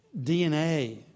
DNA